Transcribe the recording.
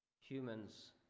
humans